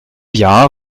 jahr